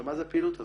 מה זה הפעילות הזאת?